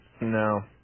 No